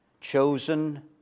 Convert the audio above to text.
Chosen